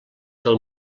del